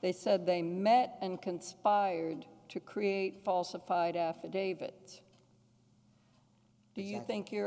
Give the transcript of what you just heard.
they said they met and conspired to create falsified affidavit do you think you